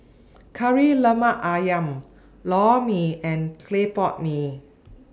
Kari Lemak Ayam Lor Mee and Clay Pot Mee